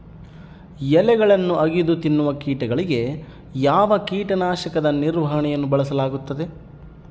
ಎಲೆಗಳನ್ನು ಅಗಿದು ತಿನ್ನುವ ಕೇಟಗಳಿಗೆ ಯಾವ ಕೇಟನಾಶಕದ ನಿರ್ವಹಣೆಯನ್ನು ಬಳಸಲಾಗುತ್ತದೆ?